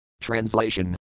Translation